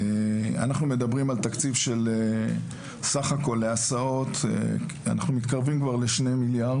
אנחנו מדברים על תקציב של סך הכול להסעות - מתקרבים לשני מיליארד,